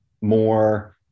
more